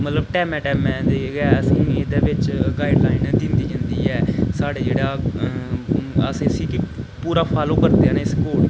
मतलब टैमै टैमै दे गै असें गी एहदे बिच गाइडलाइन दित्ती जंदी साढ़े जेह्ड़ा अस इसी कि पूरा फालो करदे आं स्पोर्ट गी